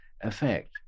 effect